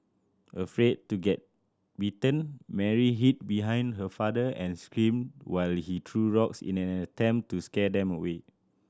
afraid to getting bitten Mary hid behind her father and screamed while he threw rocks in an attempt to scare them away